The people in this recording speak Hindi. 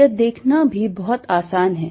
यह देखना भी बहुत आसान है